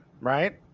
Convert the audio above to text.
right